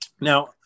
now